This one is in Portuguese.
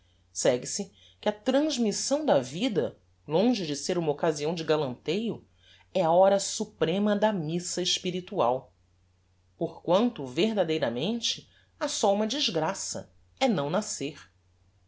segue-se que a transmissão da vida longe de ser uma occasião de galanteio é a hora suprema da missa espiritual porquanto verdadeiramente ha só uma desgraça é não nascer